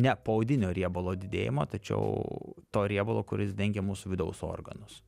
ne poodinio riebalo didėjimo tačiau to riebalo kuris dengia mūsų vidaus organus